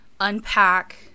unpack